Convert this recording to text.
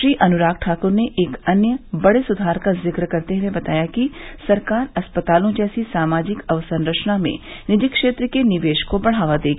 श्री अनुराग ठाक्र ने एक अन्य बड़े सुधार का जिक्र करते हुए बताया कि सरकार अस्पतालों जैसी सामाजिक अवसंरचना में निजी क्षेत्र के निवेश को बढ़ावा देगी